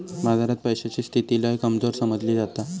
बाजारात पैशाची स्थिती लय कमजोर समजली जाता